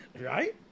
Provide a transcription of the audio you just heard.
Right